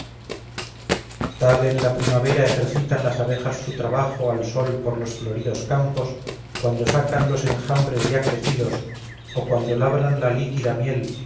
en la primavera ejercitan las abejas su trabajo al sol por los floridos campos cuando sacan los enjambres ya crecidos o cuando labran la líquida miel